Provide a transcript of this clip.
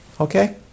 Okay